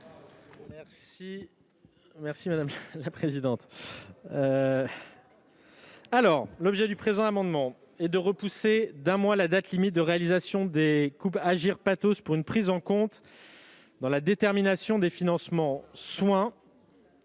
secrétaire d'État. L'objet du présent amendement est de repousser d'un mois la date limite de réalisation des coupes Aggir-Pathos pour la prise en compte de la détermination des financements des